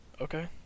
Okay